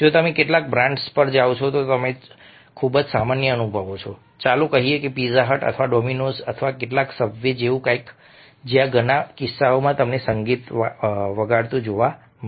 જો તમે કેટલીક બ્રાન્ડ્સ પર જાઓ છો તો તે ખૂબ જ સામાન્ય અનુભવ છે ચાલો કહીએ પિઝા હટ અથવા ડોમિનોઝ અથવા કેટલાક સબવે જેવું કંઈક જ્યાં ઘણા કિસ્સાઓમાં તમને સંગીત વગાડતું જોવા મળશે